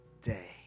day